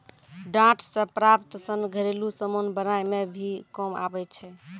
डांट से प्राप्त सन घरेलु समान बनाय मे भी काम आबै छै